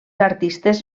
artistes